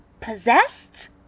possessed